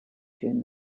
during